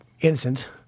innocent